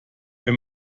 wenn